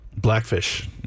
Blackfish